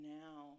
now